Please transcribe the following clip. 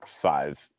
five